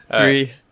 three